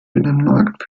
binnenmarkt